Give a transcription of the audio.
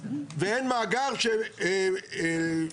ואין מאגר שלא,